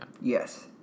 Yes